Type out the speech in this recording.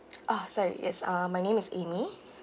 ah sorry yes uh my name is amy